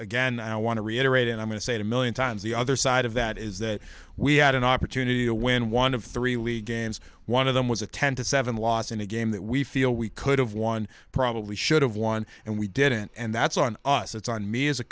again i want to reiterate and i'm going to say a million times the other side of that is that we had an opportunity to win one of three league games one of them was a ten to seven loss in a game that we feel we could've won probably should have won and we didn't and that's on us it's on me as a